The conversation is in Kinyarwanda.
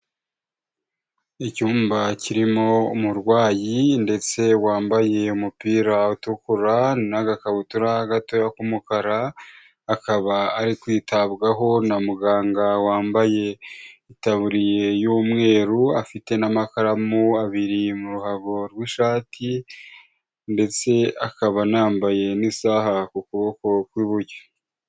Icyumba kirimo umurwayi ndetse wambaye umupira utukura n'agakabutura gatoya k'umukara akaba ari kwitabwaho na muganga wambaye itaburiye y'umweru afite n'amakaramu abiri mu ruhago rw'ishati ndetse akaba anambaye n'isaha ku kuboko kw'iburyo.